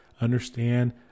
understand